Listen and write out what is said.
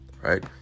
Right